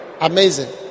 Amazing